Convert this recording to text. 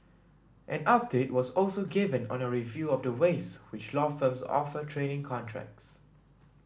an update was also given on a review of the ways which law firms offer training contracts